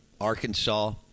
Arkansas